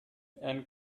and